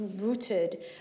rooted